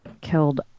killed